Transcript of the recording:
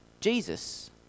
Jesus